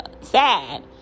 sad